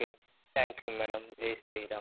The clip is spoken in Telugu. ఓకే థ్యాంక్ యూ మేడం జై శ్రీరామ్